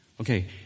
Okay